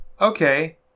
Okay